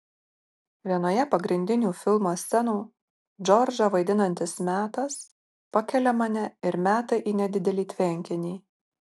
vienoje pagrindinių filmo scenų džordžą vaidinantis metas pakelia mane ir meta į nedidelį tvenkinį